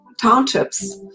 Townships